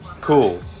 cool